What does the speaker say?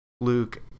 Luke